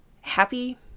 happy